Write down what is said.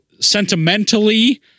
sentimentally